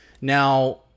Now